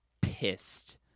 pissed